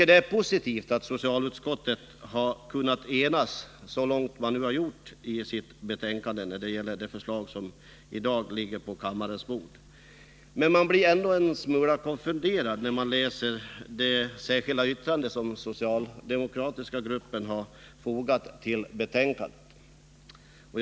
Det är positivt att socialutskottet har kunnat enas, så långt det nu har skett, i sitt betänkande när det gäller det förslag som i dag ligger på kammarens bord. Men man blir ändå en smula konfunderad när man läser det särskilda yttrande som den socialdemokratiska gruppen har fogat till betänkandet.